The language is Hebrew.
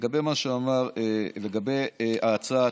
לגבי מה שאמר, לגבי ההצעה,